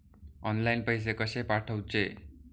Online पैसे कशे पाठवचे?